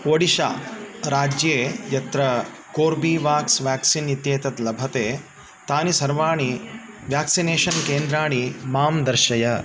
ओडिश्शाराज्ये यत्र Corbevax vaccine इत्येतत् लभते तानि सर्वाणि व्याक्सिनेषन् केन्द्राणि मां दर्शय